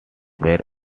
were